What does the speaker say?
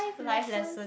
life lesson